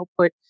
Output